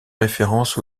référence